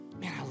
Man